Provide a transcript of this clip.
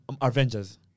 Avengers